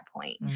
point